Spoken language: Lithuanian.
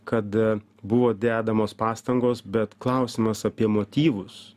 kad buvo dedamos pastangos bet klausimas apie motyvus